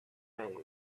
vase